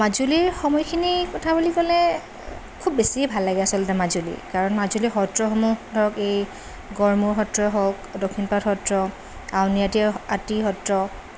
মাজুলীৰ সময়খিনিৰ কথা বুলি ক'লে খুব বেছিয়ে ভাল লাগে আচলতে মাজুলী কাৰণ মাজুলীৰ সত্ৰসমূহ ধৰক এই গড়মূৰ সত্ৰ হওঁক দক্ষিণপাট সত্ৰ আউনীআটী সত্ৰ